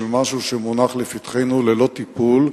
של משהו שמונח לפתחנו ללא טיפול,